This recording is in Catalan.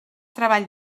treball